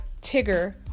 Tigger